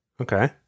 Okay